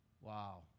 Wow